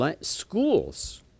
schools